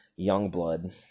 Youngblood